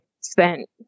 spent